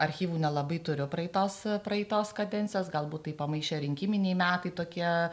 archyvų nelabai turiu praeitos praeitos kadencijos galbūt tai pamaišė rinkiminiai metai tokie